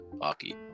hockey